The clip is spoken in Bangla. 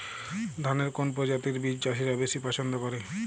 ধানের কোন প্রজাতির বীজ চাষীরা বেশি পচ্ছন্দ করে?